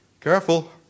careful